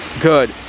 good